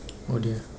oh dear